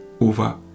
over